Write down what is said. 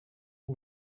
all